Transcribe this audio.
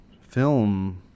film